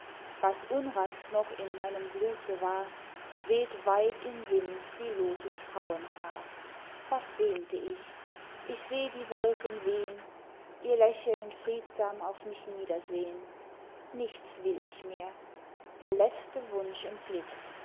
was unrast noch in meinem blute war weht weit im wind wie loses frauenhaar was sehnte ich ich seh die wolken wehn ihr lächeln friedsam auf mich niedersehn nichts will ich mehr der letzte wunsch entglitt